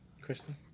Kristen